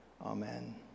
Amen